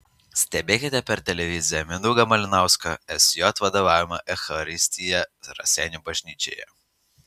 stebėkite per televiziją mindaugo malinausko sj vadovaujamą eucharistiją raseinių bažnyčioje